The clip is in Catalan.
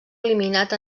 eliminat